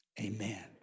amen